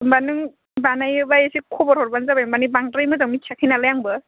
होमब्ला नों बानायोब्ला एसे खबर हरब्लानो जाबाय मानि बांद्राय मोजां मिथियाखै नालाय आंबो